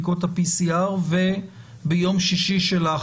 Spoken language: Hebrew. בדיקות שיאפשרו להם להגיע גם בערב יום הכיפורים וגם במוצאי יום